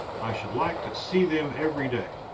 i should like to see them every day.